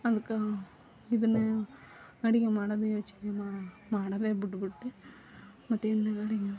ಅದಕ್ಕೆ ಇದನ್ನೇ ಅಡುಗೆ ಮಾಡೋದು ಯೋಚನೆನ ಮಾಡದೇ ಬಿಟ್ಬಿಟ್ಟೆ ಮತ್ತು ಹಿಂದ್ಗಡೆಗೆ